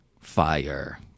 fire